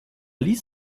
ließ